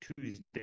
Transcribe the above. Tuesday